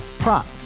Prop